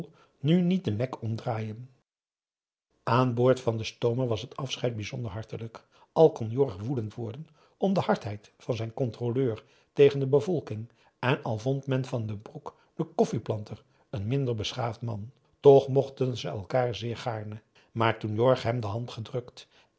nu niet den nek omdraaien aan boord van den stoomer was het afscheid bijzonder hartelijk al kon jorg woedend worden om de hardheid van den controleur tegen de bevolking en al vond van den broek den koffieplanter een minder beschaafd man toch p a daum hoe hij raad van indië werd onder ps maurits mochten ze elkaar zeer gaarne maar toen jorg hem de hand gedrukt